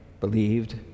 believed